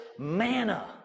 Manna